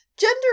Gender